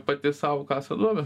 pati sau kasa duobę